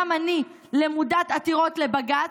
גם אני למודת עתירות לבג"ץ,